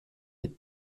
lui